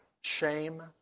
shame